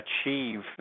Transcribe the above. achieve